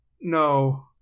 no